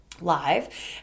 live